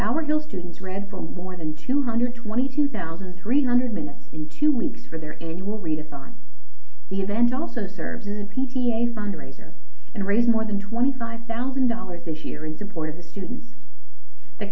ballingall students read for more than two hundred twenty two thousand three hundred minutes in two weeks for their annual redus on the event also serves in the p t a fundraiser and raise more than twenty five thousand dollars this year in support of the students the